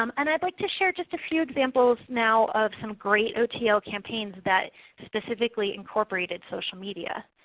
um and i'd like to share just a few examples now of some great otl campaigns that specifically incorporated social media.